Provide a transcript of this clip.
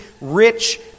rich